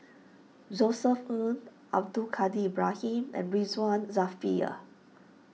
Josef Ng Abdul Kadir Ibrahim and Ridzwan Dzafir